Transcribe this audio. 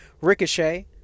Ricochet